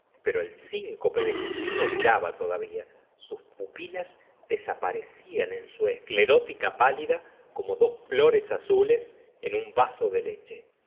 pero el síncope de justino duraba todavía sus pupilas desaparecían en su esclerótica pálida como dos flores azules en un vaso de leche